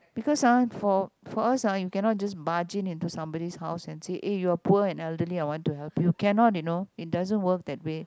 because ah for for us ah you cannot just barge in into somebody's house and said eh you are poor and elderly I want to help you cannot you know it doesn't work that way